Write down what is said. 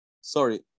Sorry